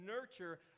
nurture